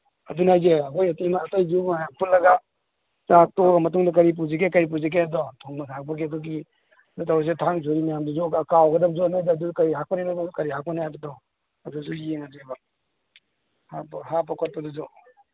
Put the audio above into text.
ꯑꯗꯨꯅꯦ ꯍꯥꯏꯁꯦ ꯑꯩꯈꯣꯏ ꯏꯇꯩꯃ ꯑꯇꯩꯁꯨ ꯃꯌꯥꯝ ꯄꯨꯜꯂꯒ ꯆꯥꯛ ꯇꯣꯛꯑ ꯃꯇꯨꯡꯗ ꯀꯔꯤ ꯄꯨꯁꯤꯒꯦ ꯀꯔꯤ ꯄꯨꯁꯤꯒꯦꯗꯣ ꯊꯣꯡꯕ ꯊꯥꯛꯄꯒꯤ ꯑꯗꯨꯒꯤ ꯀꯩꯅꯣ ꯇꯧꯔꯁꯦ ꯊꯥꯡ ꯁꯣꯔꯤ ꯃꯌꯥꯝꯗꯨꯁꯨ ꯀꯥꯎꯒꯗꯕꯗꯣ ꯅꯣꯏꯗ ꯑꯗꯨ ꯀꯔꯤ ꯍꯥꯞꯀꯅꯤ ꯀꯔꯤ ꯍꯥꯞꯀꯅꯤ ꯍꯥꯏꯕꯗꯣ ꯑꯗꯨꯁꯨ ꯌꯦꯡꯉꯁꯦꯕ ꯍꯥꯞꯄ ꯈꯣꯠꯄꯗꯨꯁꯨ